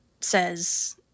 says